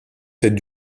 tête